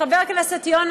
חבר הכנסת יונה,